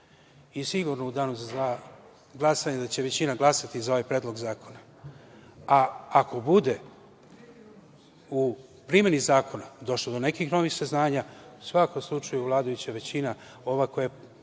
Sigurno da će u danu za glasanje većina glasati za ovaj predlog zakona, a ako bude u primeni zakona došlo do nekih novih saznanja, u svakom slučaju vladajuća većina, ova koja je